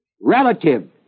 relative